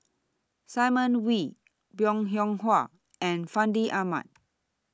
Simon Wee Bong Hiong Hwa and Fandi Ahmad